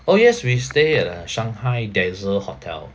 oh yes we stay at uh shanghai dazzle hotel